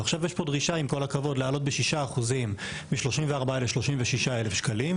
ועכשיו יש פה דרישה להעלות בשישה אחוזים מ-34,000 שקלים ל-36,000 שקלים,